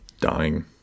dying